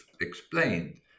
explained